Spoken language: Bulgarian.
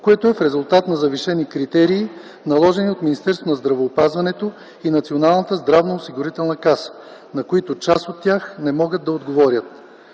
което е в резултат на завишени критерии, наложени от Министерството на здравеопазването и Националната здравноосигурителна каса, на които част от тях не могат да отговорят.